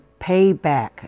payback